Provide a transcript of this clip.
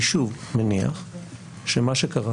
אני שוב מניח שמה שקרה,